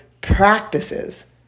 practices